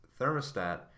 thermostat